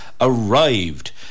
Arrived